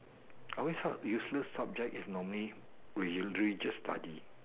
are we said useless subject is normally we usual just study